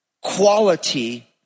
quality